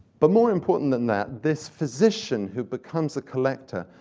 but more important than that, this physician, who becomes a collector,